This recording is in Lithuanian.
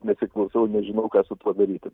nesiklausau ir nežinau ką su tuo daryti